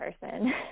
person